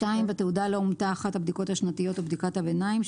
בתעודה לא אומתה אחת הבדיקות השנתיות או בדיקת הביניים.